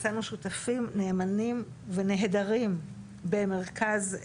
מצאנו שותפים נאמנים ונהדרים במרכז,